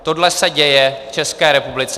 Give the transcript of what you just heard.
Tohle se děje v České republice.